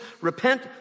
Repent